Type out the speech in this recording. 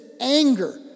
anger